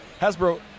Hasbro